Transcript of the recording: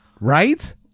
Right